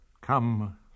Come